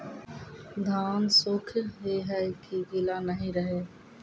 धान सुख ही है की गीला नहीं रहे?